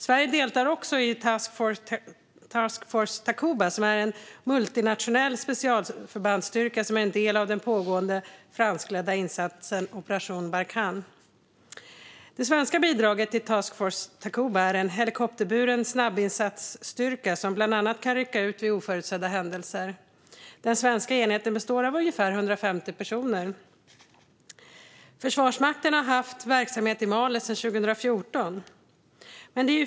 Sverige deltar också i Task Force Takuba, som är en multinationell specialförbandsstyrka som är en del av den pågående franskledda insatsen Operation Barkhane. Det svenska bidraget till Task Force Takuba är en helikopterburen snabbinsatsstyrka som bland annat kan rycka ut vid oförutsedda händelser. Den svenska enheten består av ungefär 150 personer. Försvarsmakten har haft verksamhet i Mali sedan 2014.